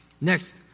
Next